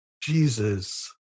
Jesus